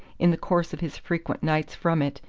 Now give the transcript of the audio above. in the course of his frequent nights from it,